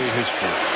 history